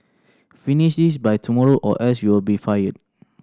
finish this by tomorrow or else you'll be fired